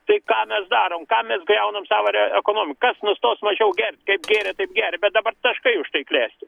tai ką mes darom kam mes griaunam savo ekonomiką kas nustos mažiau gert kaip gėrė taip geria bet dabar taškai užtai klesti